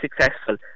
successful